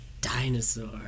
dinosaur